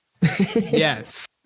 Yes